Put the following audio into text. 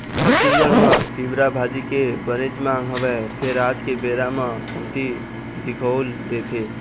छत्तीसगढ़ म तिंवरा भाजी के बनेच मांग हवय फेर आज के बेरा म कमती दिखउल देथे